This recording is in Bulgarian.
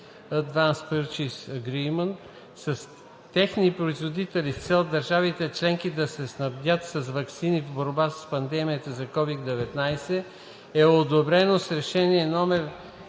с техни производители с цел държавите членки да се снабдят с ваксини в борбата с пандемията от COVID-19, e одобрено с Решение №